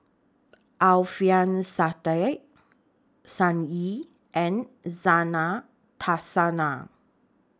Alfian Sa'at Sun Yee and Zena Tessensohn